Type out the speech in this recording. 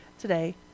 today